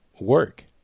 work